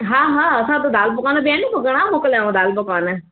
हा हा असां वटि दाल पकवान बि आहिनि पोइ घणा मोकिलियांव दाल पकवान